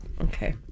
Okay